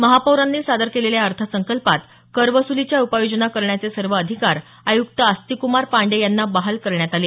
महापौरांनी सादर केलेल्या या अर्थसंकल्पात करवसुलीच्या उपाययोजना करण्याचे सर्व अधिकार आयुक्त आस्तिकक्मार पांडेय यांना बहाल करण्यात आले